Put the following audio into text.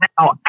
now